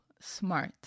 smart